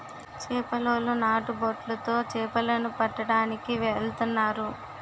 చేపలోలు నాటు బొట్లు తో చేపల ను పట్టడానికి ఎల్తన్నారు